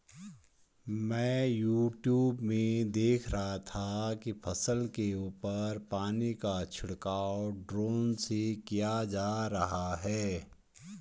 मैं यूट्यूब में देख रहा था कि फसल के ऊपर पानी का छिड़काव ड्रोन से किया जा रहा है